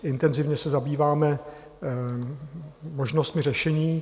Intenzivně se zabýváme možnostmi řešení.